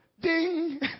ding